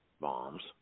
bombs